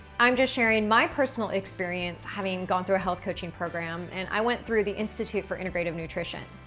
i'm just sharing my personal experience having gone through a health coaching program. and i went through the institute for integrative nutrition.